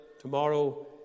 Tomorrow